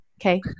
Okay